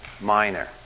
minor